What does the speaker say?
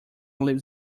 lives